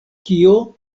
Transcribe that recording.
kio